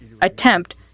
attempt